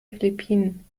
philippinen